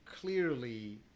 clearly